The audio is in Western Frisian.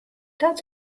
dat